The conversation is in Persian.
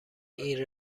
این